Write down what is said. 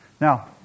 Now